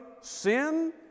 sin